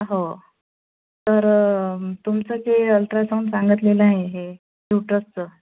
हो तर तुमचं जे अल्ट्रासाउंड सांगतलेलं आहे हे युटरसचं